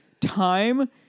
time